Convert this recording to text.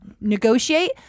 negotiate